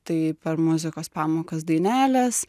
tai per muzikos pamokas dainelės